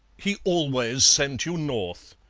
he always sent you north.